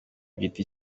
giti